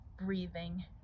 breathing